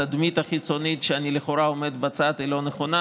התדמית החיצונית שאני לכאורה עומד בצד לא נכונה,